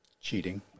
cheating